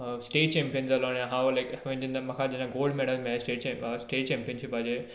state champion जालो आनी हांव लायक वेन जेन्ना म्हाका जेन्ना गोल्ड मॅडल मेळ्ळें स्टेट चँपीयनशीपाचें